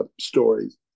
stories